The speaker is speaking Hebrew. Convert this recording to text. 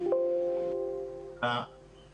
(הצגת